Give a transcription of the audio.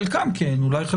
חלקם כן, אולי.